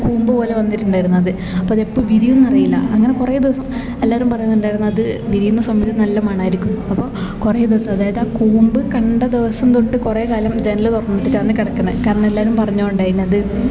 കൂമ്പുപോലെ വന്നിട്ടുണ്ടായിരുന്നു അത് അപ്പം അതെപ്പോൾ വിരിയുന്ന് അറിയില്ല അങ്ങന കുറെ ദിവസം എല്ലാവരും പറയുന്നുണ്ടായിരുന്നു അത് വിരിയുന്ന സമയം നല്ല മണമായിരിക്കും അപ്പോൾ കുറെ ദിവസം അതായത് ആ കൂമ്പ് കണ്ട ദിവസം തൊട്ട് കുറെ കാലം ജനൽ തുറന്നിട്ടിട്ടാണ് കിടക്കുന്നത് കാരണം എല്ലാവരും പറഞ്ഞോണ്ടായിനത്